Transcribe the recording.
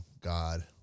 God